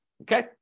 okay